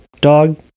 dog